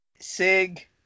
Sig